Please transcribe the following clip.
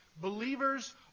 believers